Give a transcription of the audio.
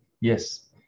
yes